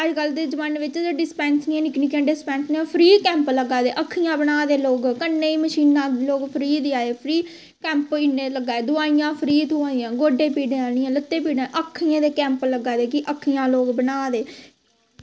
अज्जकल दे जमानै च निक्की निक्की डिस्पेंसरी ओह् फ्री कैंप लग्गे दे अक्खियां बना दे लोग कन्नै गी मशीनां लोग फ्री देआ दे फ्री कैंप इन्ने लग्गा दे दोआइयां फ्री थ्होआ दियां गोड्डे पीड़ा आह्लियां लत्तें पीड़ां अक्खियें दे कैंप लग्गा दे कि अक्खियां लोग बना दे